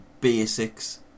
basics